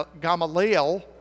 Gamaliel